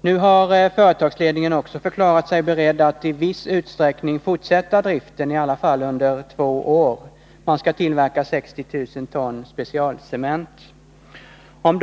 Nu har företagsledningen också förklarat sig beredd att i viss utsträckning fortsätta driften, i alla fall under två år. Man skall tillverka 60 000 ton specialcement. Det